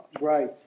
Right